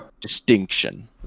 distinction